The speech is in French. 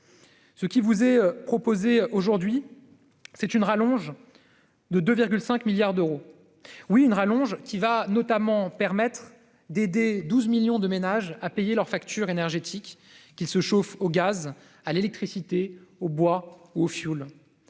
Ce qui vous est proposé aujourd'hui, c'est une rallonge de 2,5 milliards d'euros. Un petit mot sur la dette ? Cette rallonge va notamment permettre d'aider 12 millions de ménages à payer leurs factures énergétiques, qu'ils se chauffent au gaz, à l'électricité, au bois ou au fioul.